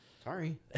sorry